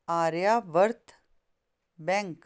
Aryavart bank